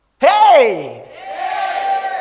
Hey